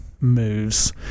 moves